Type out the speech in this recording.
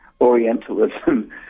Orientalism